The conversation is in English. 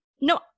No